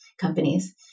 companies